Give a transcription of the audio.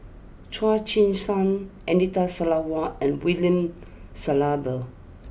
Chu Chee Seng Anita Sarawak and William Shellabear